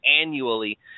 annually